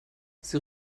sie